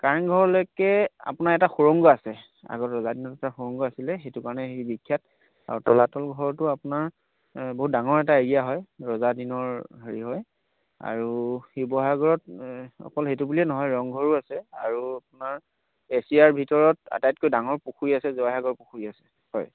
কাৰেংঘৰলৈকে আপোনাৰ এটা সুৰংগ আছে আগত ৰজাদিনত এটা সুৰংগ আছিলে সেইটো কাৰণে সি বিখ্যাত আৰু তলাতল ঘৰটো আপোনাৰ বহুত ডাঙৰ এটা এৰিয়া হয় ৰজা দিনৰ হেৰি হয় আৰু শিৱসাগৰত এই অকল সেইটো বুলিয়েই নহয় ৰংঘৰো আছে আৰু আপোনাৰ এছিয়াৰ ভিতৰত আটাইতকৈ ডাঙৰ পুখুৰী আছে জয়সাগৰ পুখুৰী আছে হয়